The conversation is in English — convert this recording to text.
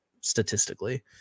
statistically